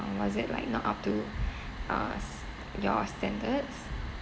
was it like not up to us your standards